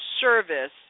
service